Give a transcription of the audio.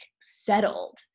settled